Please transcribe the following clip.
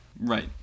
Right